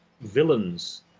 villains